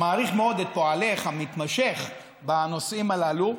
מעריך מאוד את פועלך המתמשך בנושאים הללו.